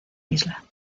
isla